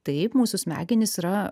taip mūsų smegenys yra